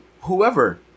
whoever